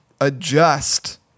adjust